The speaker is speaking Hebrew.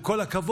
עם כל הכבוד,